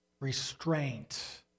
restraint